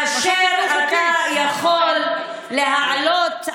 כאשר אתה יכול להעלות,